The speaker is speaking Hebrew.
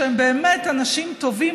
שהם באמת אנשים טובים,